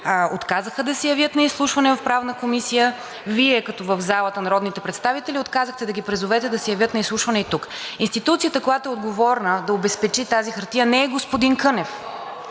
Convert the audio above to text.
отказаха да се явят на изслушване в Правната комисия. Вие в залата като народни представители отказахте да ги призовете да се явят на изслушване и тук. Институцията, която е отговорна да обезпечи тази хартия, не е господин Кънев,